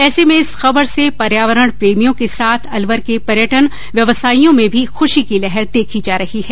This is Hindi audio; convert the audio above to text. ऐसे में इस खबर से पर्यावरण प्रेमियों के साथ अलवर के पर्यटन व्यवसाइयों में भी खूशी की लहर देखी जा रही है